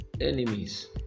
enemies